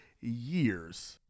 years